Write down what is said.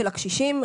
של הקשישים,